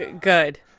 good